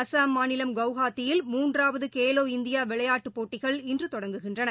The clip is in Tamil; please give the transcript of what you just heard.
அஸ்ஸாம் மாநிலம் குவாஹாத்தியில் மூன்றாவது கேவோ இந்தியா விளைாட்டுப் போட்டிகள் இன்று தொடங்குகின்றன